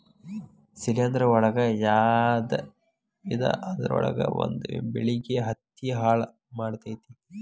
ಶಿಲೇಂಧ್ರ ಒಳಗ ಯಾಡ ವಿಧಾ ಅದರೊಳಗ ಒಂದ ಬೆಳಿಗೆ ಹತ್ತಿ ಹಾಳ ಮಾಡತತಿ